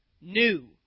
new